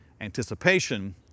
Anticipation